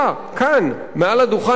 מעל הדוכן הזה בכנסת,